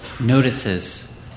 notices